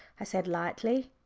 i said lightly.